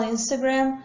Instagram